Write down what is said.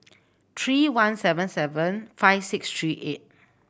three one seven seven five six three eight